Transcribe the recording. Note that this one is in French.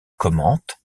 commente